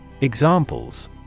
Examples